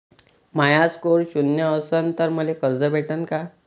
माया score शून्य असन तर मले कर्ज भेटन का?